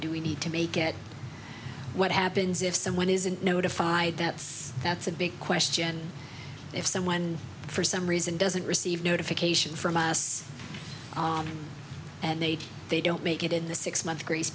do we need to make it what happens if someone isn't notified that that's a big question if someone for some reason doesn't receive notification from us and they they don't make it in the six month grace